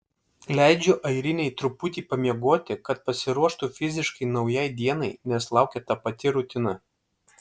leidžiu airinei truputį pamiegoti kad pasiruoštų fiziškai naujai dienai nes laukia ta pati rutina